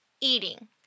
eating